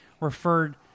referred